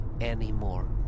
anymore